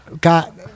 got